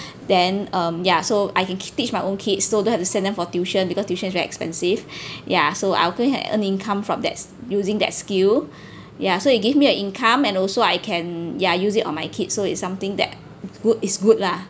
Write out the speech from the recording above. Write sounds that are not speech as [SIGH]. then um ya so I can teach my own kids so don't have to send them for tuition because tuition is very expensive [BREATH] ya I also have earning comes from that using that skill [BREATH] ya so it give me a income and also I can ya use it on my kid so it's something that good is good lah